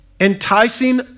enticing